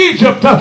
Egypt